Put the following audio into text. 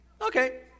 okay